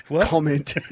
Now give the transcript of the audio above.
Comment